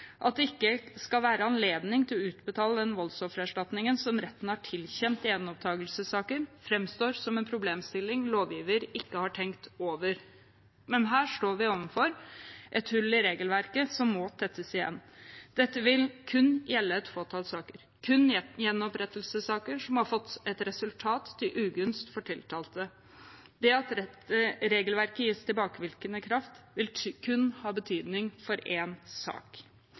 At det ikke skal være anledning til å utbetale den voldsoffererstatningen som retten har tilkjent i gjenopptakelsessaker, framstår som en problemstilling lovgiver ikke har tenkt over. Her står vi overfor et hull i regelverket som må tettes igjen. Dette vil kun gjelde et fåtall saker – kun gjenopprettelsessaker som har fått et resultat til ugunst for tiltalte. Det at regelverket gis tilbakevirkende kraft, vil kun ha betydning for én sak.